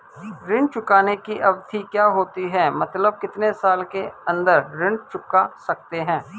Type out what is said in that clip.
ऋण चुकाने की अवधि क्या होती है मतलब कितने साल के अंदर ऋण चुका सकते हैं?